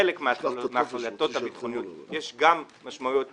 לחלק מההחלטות הביטחוניות יש גם משמעויות תקציביות,